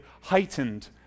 heightened